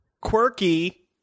quirky